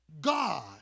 God